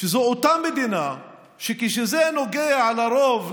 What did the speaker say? שזו אותה מדינה שכשזה נוגע לרוב,